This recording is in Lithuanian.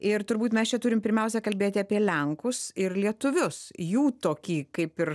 ir turbūt mes čia turim pirmiausia kalbėti apie lenkus ir lietuvius jų tokį kaip ir